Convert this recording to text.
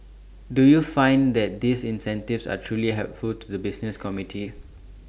do you find that these incentives are truly helpful to the business community